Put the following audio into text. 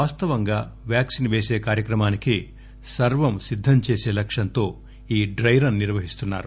వాస్తవంగా వ్యాక్సిన్ పేసీ కార్యక్రమానికి సర్వం సిద్దం చేసీ లక్ష్యంతో ఈ డై రన్ నిర్వహిస్తున్నారు